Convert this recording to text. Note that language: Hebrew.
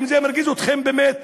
אם זה מרגיז אתכם באמת,